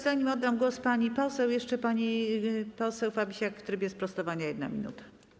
Zanim oddam głos pani poseł, jeszcze pani poseł Fabisiak w trybie sprostowania Czas - 1 minuta.